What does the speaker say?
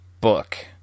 book